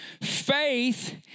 Faith